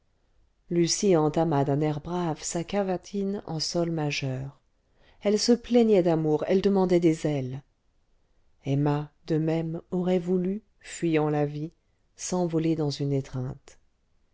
lucie entama d'un air brave sa cavatine en sol majeur elle se plaignait d'amour elle demandait des ailes emma de même aurait voulu fuyant la vie s'envoler dans une étreinte